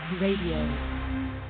Radio